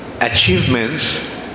achievements